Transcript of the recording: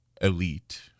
elite